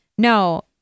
No